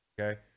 okay